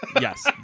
Yes